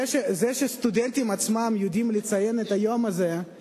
זה שהסטודנטים עצמם יודעים לציין את היום הזה,